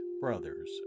brothers